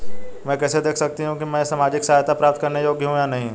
मैं कैसे देख सकती हूँ कि मैं सामाजिक सहायता प्राप्त करने के योग्य हूँ या नहीं?